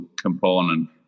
component